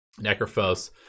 Necrophos